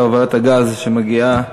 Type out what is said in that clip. כל הובלת הגז שמגיעה,